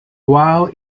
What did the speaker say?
while